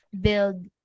build